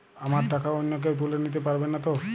আমার টাকা অন্য কেউ তুলে নিতে পারবে নাতো?